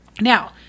Now